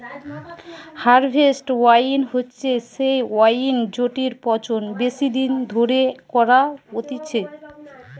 harvest wine হচ্ছে সেই wine জেটির পচন বেশি দিন ধরে করা হতিছে